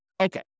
Okay